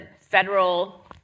federal